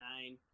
nine